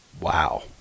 Wow